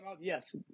Yes